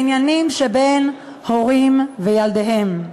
הסדר משפטי בעניינים שבין הורים לילדיהם.